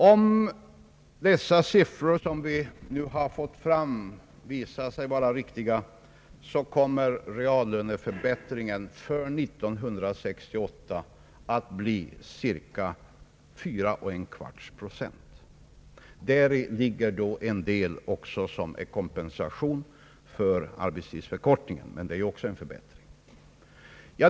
Om de siffror, som vi nu har fått fram, visar sig vara riktiga, kommer reallöneförbättringen för 1968 att bli cirka 4 1/4 procent. Däri ligger då också en del som är kompensation för arbetstidsförkortningen, men det är ju också en förbättring.